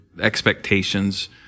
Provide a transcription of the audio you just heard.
expectations